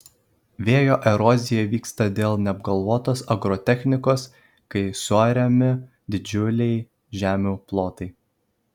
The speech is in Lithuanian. vėjo erozija vyksta dėl neapgalvotos agrotechnikos kai suariami didžiuliai žemių plotai